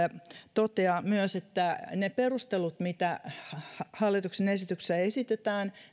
toteaa myös että niiden perustelujen perusteella mitä hallituksen esityksessä esitetään